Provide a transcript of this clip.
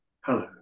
hello